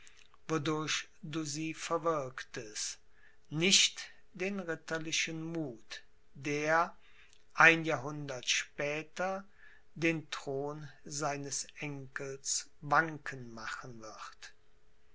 du sie verwirktest nicht den ritterlichen muth der ein jahrhundert später den thron seines enkels wanken machen wird